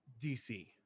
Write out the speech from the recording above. DC